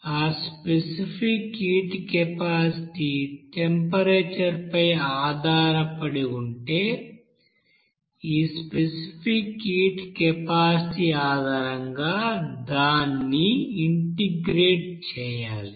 ఆ specific heat capacity temperature పై ఆధారపడి ఉంటే ఈ స్పెసిఫిక్ హీట్ కెపాసిటీ ఆధారంగా దాన్ని ఇంటెగ్రేట్ చేయాలి